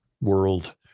world